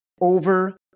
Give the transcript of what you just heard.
over